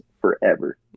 forever